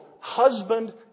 husband